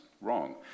wrong